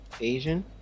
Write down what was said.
asian